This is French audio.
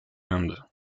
inde